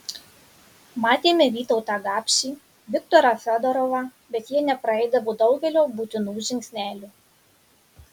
matėme vytautą gapšį viktorą fiodorovą bet jie nepraeidavo daugelio būtinų žingsnelių